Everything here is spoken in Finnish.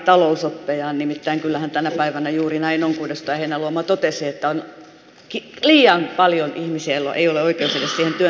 nimittäin kyllähän tänä päivänä on juuri näin kuten edustaja heinäluoma totesi että on liian paljon ihmisiä joilla ei ole oikeutta edes siihen työntekoon